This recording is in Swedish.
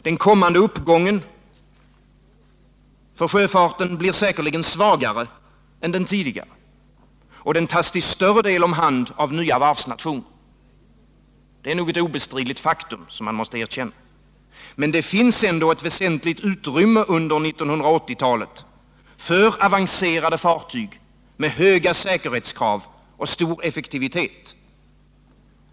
Den kommande uppgången för sjöfarten blir säkerligen svagare än den tidigare, och den tas till större del om hand av nya varvsnationer. Det är nog ett obestridligt faktum, som man måste erkänna. Men det finns ändå ett väsentligt utrymme under 1980-talet för avancerade fartyg med höga säkerhetskrav och stor effektivitet.